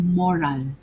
moral